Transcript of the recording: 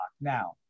Now